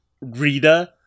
Reader